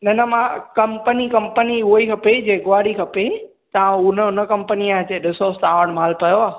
न न मां कंपनी कंपनी उहोई खपे जेक्वार ई खपे तव्हां हुन हुन कंपनी जा अचे डि॒सोसि तव्हां वटि माल पयो आहे